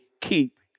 keep